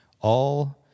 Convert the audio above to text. all-